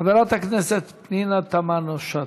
חברת הכנסת פנינה תמנו-שטה.